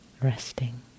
resting